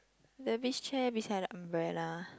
the beach chair beside the umbrella